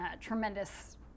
tremendous